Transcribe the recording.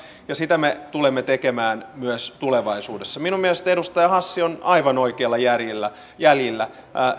ja sitä me tulemme tekemään myös tulevaisuudessa minun mielestäni edustaja hassi on aivan oikeilla jäljillä jäljillä